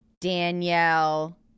Danielle